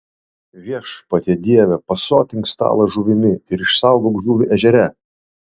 viešpatie dieve pasotink stalą žuvimi ir išsaugok žuvį ežere